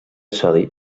sodi